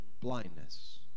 blindness